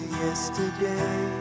yesterday